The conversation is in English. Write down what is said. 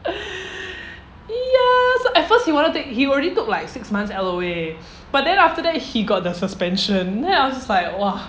ya so at first he wanted to take he already took like six months L_O_A but then after that he got the suspension then I was just like !wah!